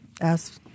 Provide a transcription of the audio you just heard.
Ask